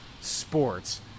sports